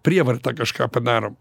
prievarta kažką padarom